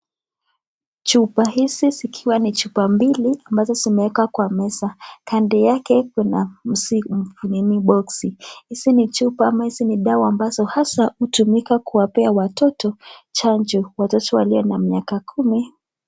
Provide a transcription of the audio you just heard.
Chupa hizi zikiwa ni chupa mbili, ambazo zimewekwa kwa meza. Kando yake kuna boksi. Hizi ni chupa ama hizi ni dawa ambazo haswa, hutumika kuwapea watoto chanjo, watoto walio na miaka kumi.